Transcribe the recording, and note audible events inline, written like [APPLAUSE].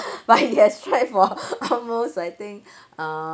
but he has tried for [BREATH] almost I think uh